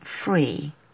free